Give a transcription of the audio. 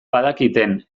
badakiten